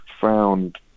found